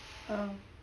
oh